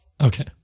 Okay